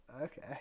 Okay